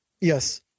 Yes